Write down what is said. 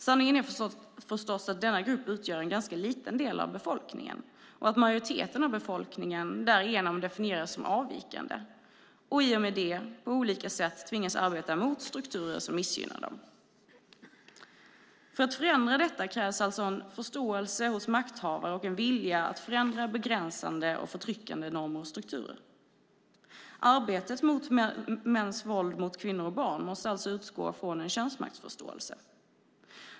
Sanningen är förstås att denna grupp utgör en ganska liten del av befolkningen och att majoriteten av befolkningen därigenom definieras som avvikande och i och med det på olika sätt tvingas arbeta mot strukturer som missgynnar dem. För att förändra detta krävs en förståelse hos makthavare och en vilja att förändra begränsande och förtryckande normer och strukturer. Arbetet mot mäns våld mot kvinnor och barn måste alltså utgå från en könsmaktsförståelse.